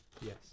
yes